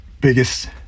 biggest